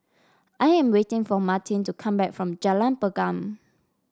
I am waiting for Martin to come back from Jalan Pergam